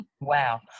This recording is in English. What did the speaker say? wow